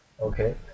okay